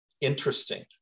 interesting